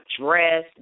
dress